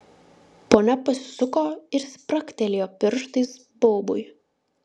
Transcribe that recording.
ponia pasisuko ir spragtelėjo pirštais baubui